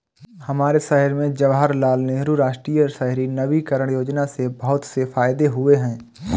हमारे देश में जवाहरलाल नेहरू राष्ट्रीय शहरी नवीकरण योजना से बहुत से फायदे हुए हैं